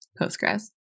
Postgres